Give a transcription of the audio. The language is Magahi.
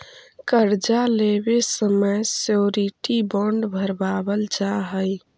कर्जा लेवे समय श्योरिटी बॉण्ड भरवावल जा हई